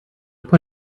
put